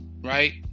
Right